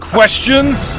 Questions